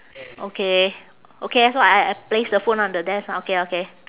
okay okay so I I place the phone on the desk ah okay okay